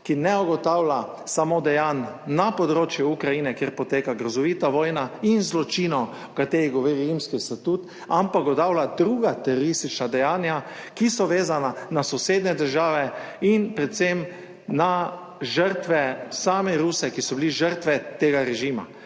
ki ne ugotavlja samo dejanj na področju Ukrajine, kjer poteka grozovita vojna, in zločinov, o katerih govori Rimski statut, ampak ugotavlja druga teroristična dejanja, ki so vezana na sosednje države in predvsem na žrtve, same Ruse, ki so bili žrtve tega režima.